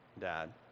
Dad